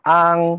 ang